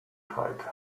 tide